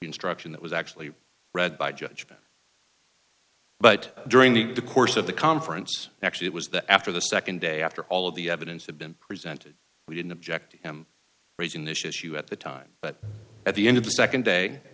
instruction that was actually read by judgment but during the course of the conference actually it was that after the nd day after all of the evidence had been presented we didn't object to them raising this issue at the time but at the end of the nd day